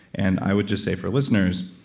and i would just say for listeners,